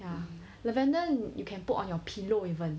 ya lavender you can put on your pillow even